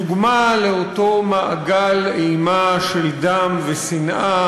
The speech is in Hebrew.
דוגמה לאותו מעגל אימה של דם ושנאה,